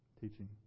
Teaching